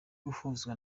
guhuzwa